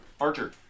Archer